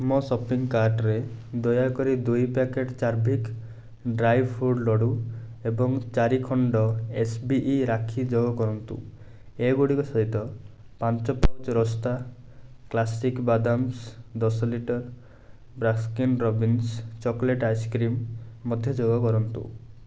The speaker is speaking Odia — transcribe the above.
ମୋ ସପିଂ କାର୍ଟ୍ରେ ଦୟାକରି ଦୁଇ ପ୍ୟାକେଟ୍ ଚାର୍ଭିକ ଡ୍ରାଏ ଫ୍ରୁଟ୍ ଲଡ଼ୁ ଏବଂ ଚାରି ଖଣ୍ଡ ଏସ୍ ବି ଇ ରାକ୍ଷୀ ଯୋଗ କରନ୍ତୁ ଏଗୁଡ଼ିକ ସହିତ ପାଞ୍ଚ ପାଉଚ୍ ରୋସ୍ତା କ୍ଲାସିକ୍ ବାଦାମସ୍ ଦଶ litre Baskin Robbins chocolate ice cream ମଧ୍ୟ ଯୋଗ କରନ୍ତୁ